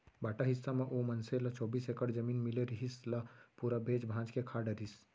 बांटा हिस्सा म ओ मनसे ल चौबीस एकड़ जमीन मिले रिहिस, ल पूरा बेंच भांज के खा डरिस